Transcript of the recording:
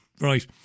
right